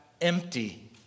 empty